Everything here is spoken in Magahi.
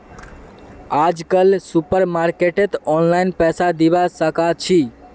आजकल सुपरमार्केटत ऑनलाइन पैसा दिबा साकाछि